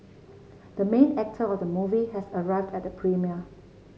the main actor of the movie has arrived at the premiere